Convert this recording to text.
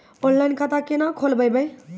Online खाता केना खोलभैबै?